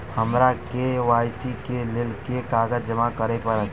हमरा के.वाई.सी केँ लेल केँ कागज जमा करऽ पड़त?